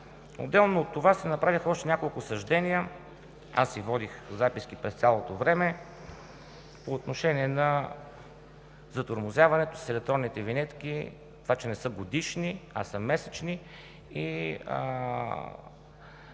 Отделно от това се направиха още няколко съждения – аз си водих записки през цялото време – по отношение на затормозяването с електронните винетки, това че не са годишни, а са месечни и антилогиката